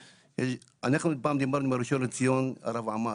פעם דיברנו עם הראשון לציון הרב עמר